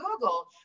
Google